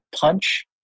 punch